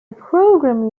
program